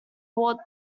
brought